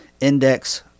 index